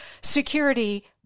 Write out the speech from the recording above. security